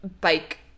bike